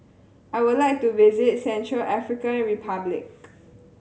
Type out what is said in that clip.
I would like to visit Central African Republic